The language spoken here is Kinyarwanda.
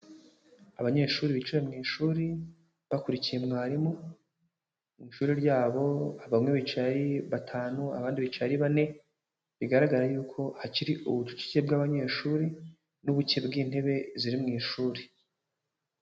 Abanyeshuri bicaye mu ishuri bakurikiye mwarimu, mu ishuri ryabo bamwe bicaye ari batanu abandi bicaye ari bane, bigaragara yuko hakiri ubucucike bw'abanyeshuri n'ubuke bw'intebe ziri mu ishuri.